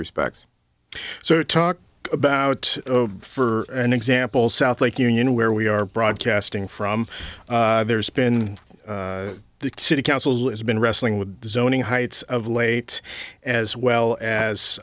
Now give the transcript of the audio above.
respects so talked about for an example south lake union where we are broadcasting from there's been the city council has been wrestling with zoning heights of late as well as